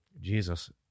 Jesus